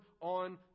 on